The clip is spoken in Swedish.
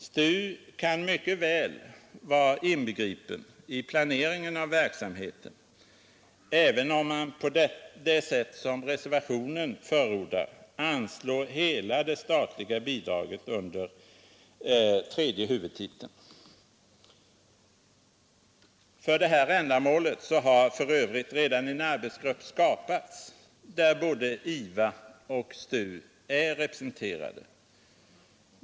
STU kan mycket väl vara inbegripen i planeringen av verksamheten även om man på det sätt som reservationen förordar anslår hela det statliga bidraget under tredje huvudtiteln. För det här ändamålet har för övrigt redan en arbetsgrupp skapats, där både IVA och STU är representerade.